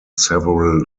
several